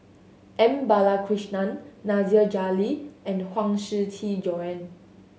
M Balakrishnan Nasir Jalil and Huang Shiqi Joan